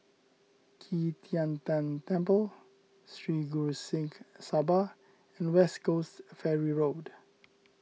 Qi Tian Tan Temple Sri Guru Singh Sabha and West Coast Ferry Road